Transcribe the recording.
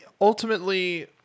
ultimately